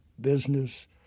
business